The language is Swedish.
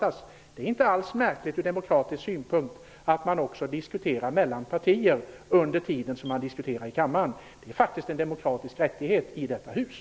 Från demokratisk synpunkt är det inte alls märkligt att man också diskuterar partierna sinsemellan under tiden som diskussioner pågår i kammaren. Det är faktiskt en demokratisk rättighet i detta hus.